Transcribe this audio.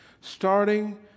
starting